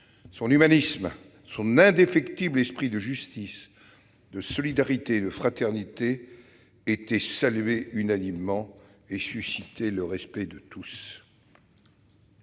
son humanisme, son indéfectible esprit de justice, de solidarité et de fraternité étaient unanimement salués et suscitaient le respect de tous.